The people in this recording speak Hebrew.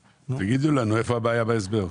תגידו לנו איפה הבעיה בהסבר.